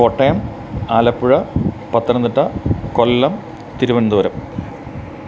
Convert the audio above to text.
Kottayam Alappuzha Pathanamthitta Kollam Thiruvananthapuram